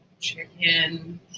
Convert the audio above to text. chicken